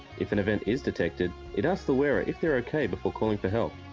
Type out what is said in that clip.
if an event is detected, it asks the wearer if they're okay before calling for help.